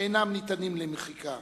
"אינם ניתנים למחיקה.